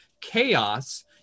chaos